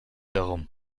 darum